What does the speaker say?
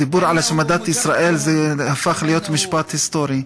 הדיבור על השמדת ישראל הפך להיות משפט היסטורי,